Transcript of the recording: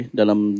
dalam